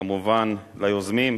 כמובן ליוזמים,